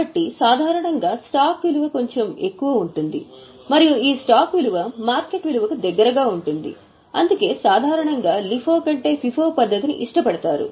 కాబట్టి సాధారణంగా స్టాక్ విలువ కొంచెం ఎక్కువ ఉంటుంది మరియు ఈ స్టాక్ విలువ మార్కెట్ విలువకు దగ్గరగా ఉంటుంది అందుకే సాధారణంగా LIFO కంటే FIFO పద్ధతిని ఇష్టపడతారు